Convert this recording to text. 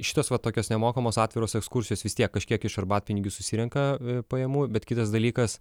šitos va tokios nemokamos atviros ekskursijos vis tiek kažkiek iš arbatpinigių susirenka pajamų bet kitas dalykas